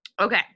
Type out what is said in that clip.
okay